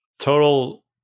Total